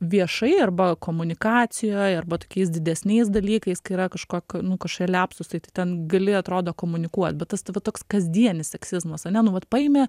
viešai arba komunikacijoj arba tokiais didesniais dalykais kai yra kažkok nu kažkokie liapsusai tai ten gali atrodo komunikuot bet tas tai va toks kasdienis seksizmas ar ne nu vat paėmė